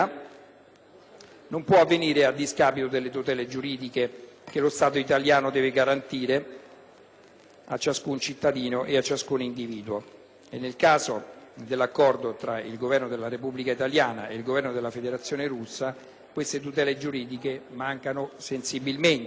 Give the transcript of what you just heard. non può avvenire a discapito delle tutele giuridiche che lo Stato italiano deve garantire a ciascun cittadino e a ciascun individuo e nel caso dell'accordo tra il Governo della Repubblica italiana e il Governo della Federazione russa queste tutele giuridiche difettano sensibilmente.